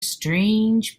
strange